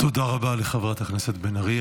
תודה רבה לחברת הכנסת בן ארי.